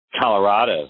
Colorado